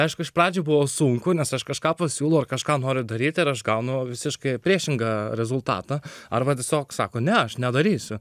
aišku iš pradžių buvo sunku nes aš kažką pasiūlo kažką noriu daryti ar aš gaunu visiškai priešingą rezultatą arba tiesiog sako ne aš nedarysiu